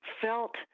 felt